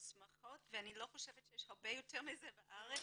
מוסמכות ואני לא חושבת שיש הרבה יותר מזה בארץ,